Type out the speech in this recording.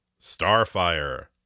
Starfire